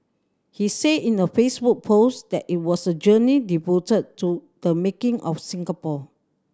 he said in a Facebook post that it was a journey devoted to the making of Singapore